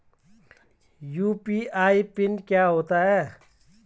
UPI pin क्या होता है?